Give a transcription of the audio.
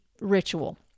ritual